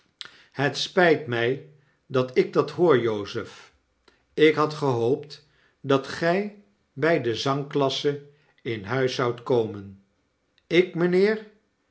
het spy t my dat ik dat hoor jozefllk had gehoopt dat gy by de zangklasse in huis zudt komen ik meneer